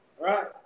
Right